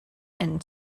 and